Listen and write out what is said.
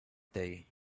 day